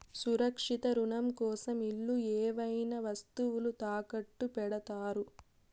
సురక్షిత రుణం కోసం ఇల్లు ఏవైనా వస్తువులు తాకట్టు పెడతారు